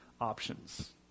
options